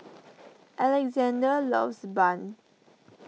Alexzander loves Bun